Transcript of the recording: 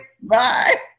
Bye